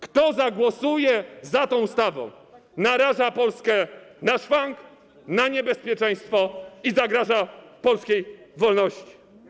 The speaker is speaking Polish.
Kto zagłosuje za tą ustawą, naraża Polskę na szwank, na niebezpieczeństwo i zagraża polskiej wolności.